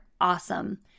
awesome